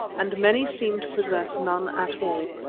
and many seemed to possess none at all.